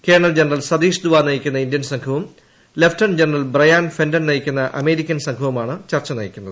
colonel general Satish Dua നയിക്കുന്ന Indian സ്ക്ലവും lieutenant general Brian Fenton നയിക്കുന്ന് അമേരിക്കൻ സംഘവുമാണ് ചർച്ച നയിക്കുന്നത്